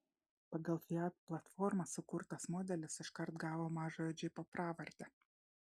pagal fiat platformą sukurtas modelis iškart gavo mažojo džipo pravardę